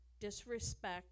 disrespect